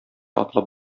атлап